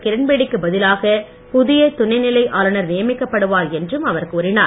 கிரண்பேடி க்கு பதிலாக புதிய துணைநிலை ஆளுனர் நியமிக்கப் படுவார் என்றும் அவர் கூறினார்